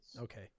Okay